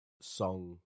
song